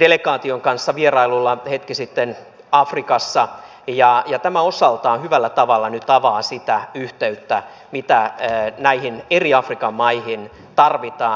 delegaation kanssa vierailulla hetki sitten afrikassa ja tämä osaltaan hyvällä tavalla nyt avaa sitä yhteyttä mitä näihin eri afrikan maihin tarvitaan